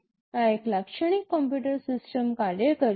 આ એક લાક્ષણિક કમ્પ્યુટર સિસ્ટમ કાર્ય કરે છે